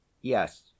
yes